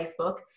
Facebook